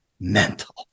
mental